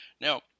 Now